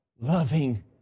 loving